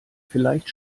vielleicht